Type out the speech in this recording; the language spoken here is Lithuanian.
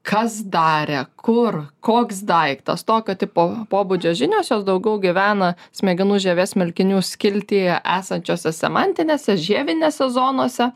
kas darė kur koks daiktas tokio tipo pobūdžio žinios jos daugiau gyvena smegenų žievės smilkinių skiltyje esančiose semantinėse žievinėse zonose